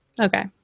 Okay